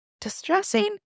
Distressing